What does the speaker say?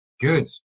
Good